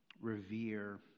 revere